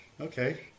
Okay